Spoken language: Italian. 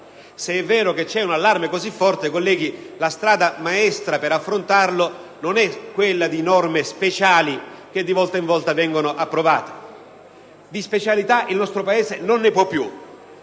Se è vero che c'è un allarme così forte, colleghi, la strada maestra per affrontarlo non è quella di norme speciali che di volta in volta vengono approvate. Di specialità il nostro Paese non ne può più.